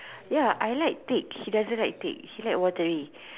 ya I like thick he doesn't like thick he like watery